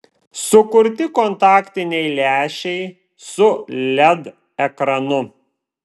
sukurti kontaktiniai lęšiai su led ekranu